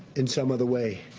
in some other way,